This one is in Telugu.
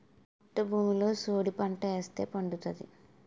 మెట్ట భూమిలో సోడిపంట ఏస్తే పండుతాది